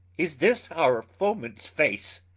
is this our foe-mans face?